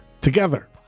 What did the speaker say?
together